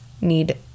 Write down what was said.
need